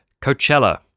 Coachella